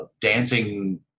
dancing